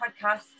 podcasts